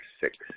six